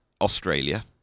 Australia